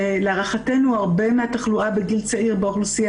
ולהערכתנו הרבה מהתחלואה בגיל צעיר באוכלוסייה